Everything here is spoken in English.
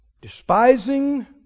despising